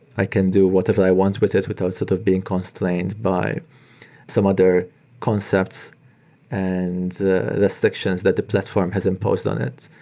i can do whatever i want with it without sort of being constrained by some other concepts and restrictions that the platform has imposed on it.